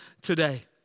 today